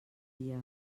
dies